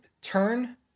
Turn